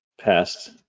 passed